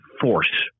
force